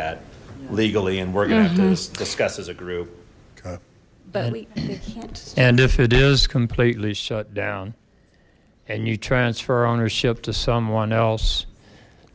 at legally and we're gonna discuss as a group and if it is completely shut down and you transfer ownership to someone else